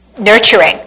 nurturing